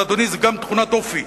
אבל, אדוני, זו גם תכונת אופי.